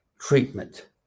treatment